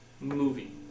Movie